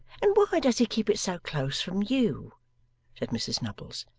and why does he keep it so close from you said mrs nubbles.